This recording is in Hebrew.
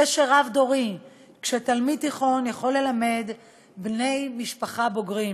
קשר רב-דורי תלמיד תיכון יכול ללמד בני-משפחה בוגרים.